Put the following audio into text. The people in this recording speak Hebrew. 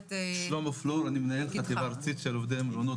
אני מנהל חטיבה ארצית של עובדי המלונות